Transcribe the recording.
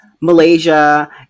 Malaysia